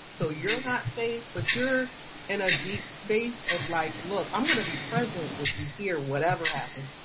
so you're not safe. but you're in a deep space of, like look i'm gonna be present with you here. whatever happens.